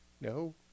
No